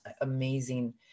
amazing